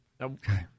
Okay